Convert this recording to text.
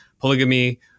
polygamy